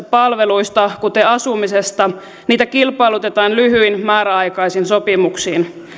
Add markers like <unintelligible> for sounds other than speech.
<unintelligible> palveluista kuten asumisesta niitä kilpailutetaan lyhyin määräaikaisin sopimuksin